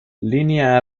línea